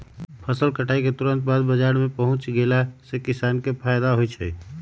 फसल कटाई के तुरत बाद बाजार में पहुच गेला से किसान के फायदा होई छई